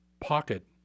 pocket